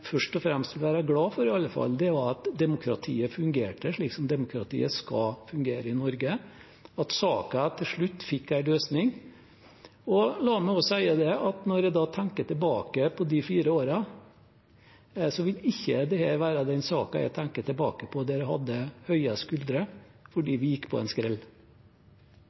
demokratiet skal fungere i Norge, og at saken til slutt fikk en løsning. La meg også si at når jeg tenker tilbake på de fire årene, vil ikke dette være den saken jeg tenker tilbake på der jeg hadde høye skuldre fordi vi gikk på en skrell.